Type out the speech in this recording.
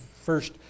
first